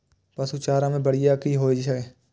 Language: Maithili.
पशु चारा मैं बढ़िया की होय छै?